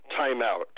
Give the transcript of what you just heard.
timeout